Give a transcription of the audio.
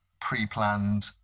pre-planned